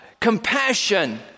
compassion